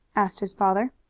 asked his father.